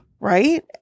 Right